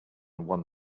one